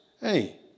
Hey